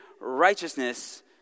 righteousness